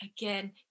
again